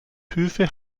höfe